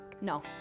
No